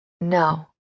no